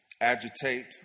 agitate